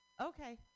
Okay